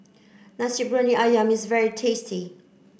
Nasi Briyani Ayam is very tasty